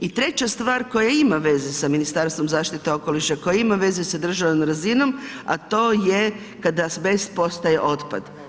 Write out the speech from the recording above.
I treća stvar koja ima veze s Ministarstvom zaštite okoliša, koja ima veza sa državno razinom, a to je kada azbest postaje otpad.